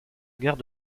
guerre